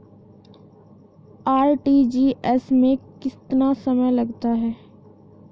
RTGS में कितना समय लगता है?